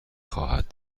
خواهد